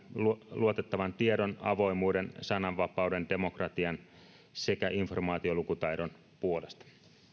luotettavan tiedon avoimuuden sananvapauden demokratian sekä informaatiolukutaidon puolesta